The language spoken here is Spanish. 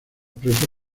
presos